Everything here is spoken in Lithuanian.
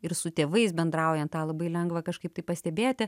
ir su tėvais bendraujant tą labai lengva kažkaip tai pastebėti